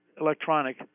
electronic